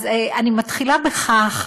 אז אני מתחילה בכך,